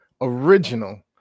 original